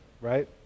right